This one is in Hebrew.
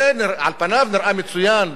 על פניו זה נראה מצוין.